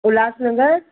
Ulhasnagar